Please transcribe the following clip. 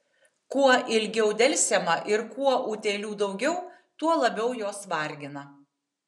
kuo ilgiau delsiama ir kuo utėlių daugiau tuo labiau jos vargina